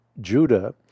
Judah